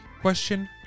Question